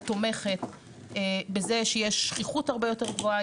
התומכת בזה שיש שכיחות הרבה יותר גבוהה,